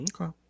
Okay